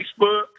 Facebook